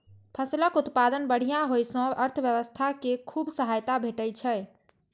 फसलक उत्पादन बढ़िया होइ सं अर्थव्यवस्था कें खूब सहायता भेटै छै